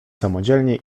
samodzielnie